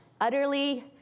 utterly